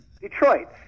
Detroit